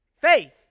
Faith